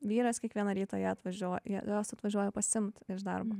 vyras kiekvieną rytą ją atvažiuoja jos atvažiuoja pasiimt iš darbo